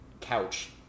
couch